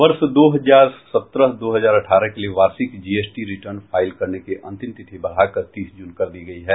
वर्ष दो हजार सत्रह दो हजार अठारह के लिए वार्षिक जीएसटी रिटर्न फाइल करने की अंतिम तिथि बढ़ा कर तीस जून कर दी गई है